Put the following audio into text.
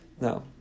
No